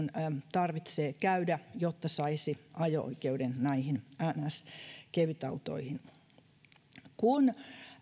tarvitsee käydä jotta saisi ajo oikeuden näihin niin sanottu kevytautoihin kun